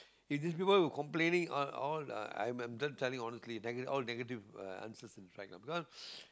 it is people complaining on all the I'm I'm telling honestly they are all negative answer in fact lah because